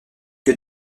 que